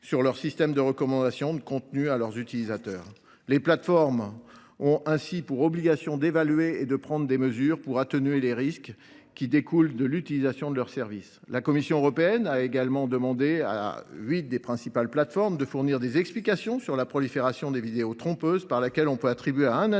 sur leurs systèmes de recommandation de contenus auprès de leurs utilisateurs. Les plateformes ont ainsi pour obligation d’évaluer et de prendre des mesures pour atténuer les risques qui découlent de l’utilisation de leurs services. La Commission européenne a également demandé à huit des principales plateformes de fournir des explications sur la prolifération de vidéos trompeuses par lesquelles on peut attribuer à un individu